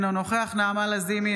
אינו נוכח נעמה לזימי,